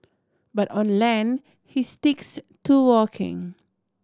but on land he sticks to walking